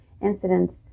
incidents